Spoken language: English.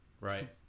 Right